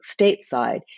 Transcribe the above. stateside